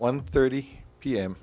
one thirty p